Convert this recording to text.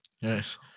Yes